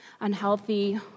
unhealthy